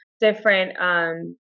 different